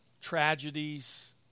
tragedies